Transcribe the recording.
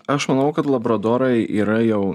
aš manau kad labradorai yra jau